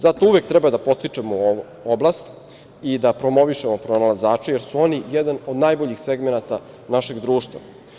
Zato uvek treba da podstičemo ovu oblast i da promovišemo pronalazače, jer su oni jedan od najboljih segmenata našeg društva.